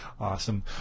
Awesome